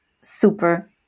super